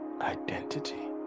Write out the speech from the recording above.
Identity